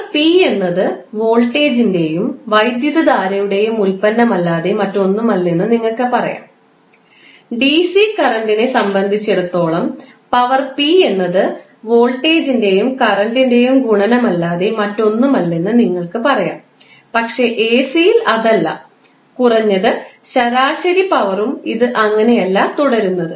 power P എന്നത് വോൾട്ടേജിന്റെയും വൈദ്യുതധാരയുടെയും ഉൽപ്പന്നമല്ലാതെ മറ്റൊന്നുമല്ലെന്ന് നിങ്ങൾക്ക് പറയാം ഡിസി കറൻറിനെ സംബന്ധിച്ചിടത്തോളം പവർ പി എന്നത് വോൾട്ടേജിന്റെയും കറണ്ടിൻറെയും ഗുണനം അല്ലാതെ മറ്റൊന്നുമല്ലെന്ന് നിങ്ങൾക്ക് പറയാം പക്ഷേ എസിയിൽ അതല്ല കുറഞ്ഞത് ശരാശരി പവറും ഇത് അങ്ങനെയല്ല തുടരുന്നത്